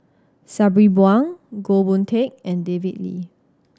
Sabri Buang Goh Boon Teck and David Lee